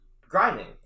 grinding